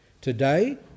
Today